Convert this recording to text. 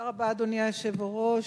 אדוני היושב-ראש,